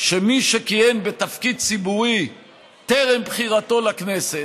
שמי שכיהן בתפקיד ציבורי טרם בחירתו לכנסת,